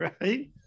right